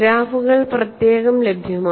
ഗ്രാഫുകൾ പ്രത്യേകം ലഭ്യമാണ്